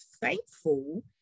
thankful